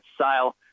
sale